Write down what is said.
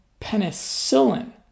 penicillin